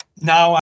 now